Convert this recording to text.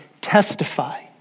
testify